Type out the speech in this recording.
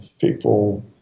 people